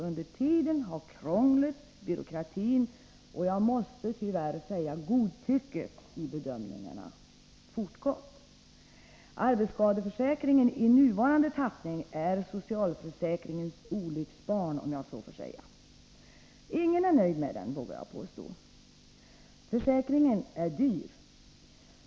Under tiden har krånglet, byråkratin och jag måste tyvärr säga godtycket i bedömningarna fortgått. Arbetsskadeförsäkringen i nuvarande tappning är socialförsäkringens olycksbarn, om jag så får säga. Ingen är nöjd med den, vågar jag påstå. Försäkringen är dyr.